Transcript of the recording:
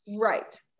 right